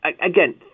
Again